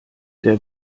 der